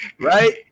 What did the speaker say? Right